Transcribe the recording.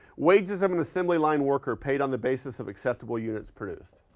wages of an assembly line worker paid on the basis of acceptable units produced.